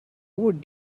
would